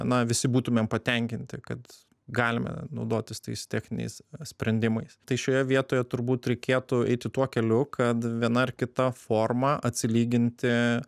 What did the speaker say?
na visi būtumėm patenkinti kad galime naudotis tais techniniais sprendimais tai šioje vietoje turbūt reikėtų eiti tuo keliu kad viena ar kita forma atsilyginti